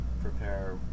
prepare